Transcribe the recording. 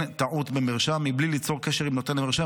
טעות במרשם בלי ליצור קשר עם נותן המרשם,